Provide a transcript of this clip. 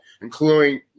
including